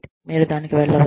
మీరు దానికి వెళ్ళవచ్చు